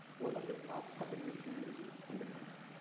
one of the top public research universities in the country.